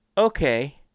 okay